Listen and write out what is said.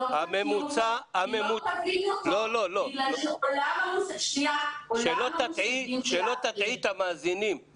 היא לא תבין אותו בגלל שעולם המושגים שלה --- שלא תטעי את המאזינים.